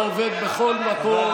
איבוד של הזכויות, כך זה עובד בכל מקום.